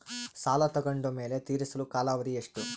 ಸಾಲ ತಗೊಂಡು ಮೇಲೆ ತೇರಿಸಲು ಕಾಲಾವಧಿ ಎಷ್ಟು?